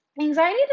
Anxiety